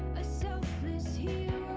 a surface. what